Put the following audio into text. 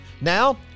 Now